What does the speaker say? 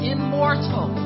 Immortal